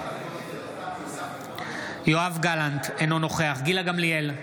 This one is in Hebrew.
נגד יואב גלנט, אינו נוכח גילה גמליאל,